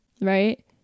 Right